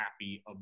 happy